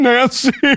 Nancy